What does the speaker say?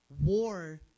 war